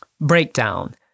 breakdown